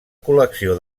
col·lecció